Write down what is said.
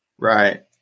right